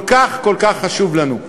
כל כך כל כך חשוב לנו.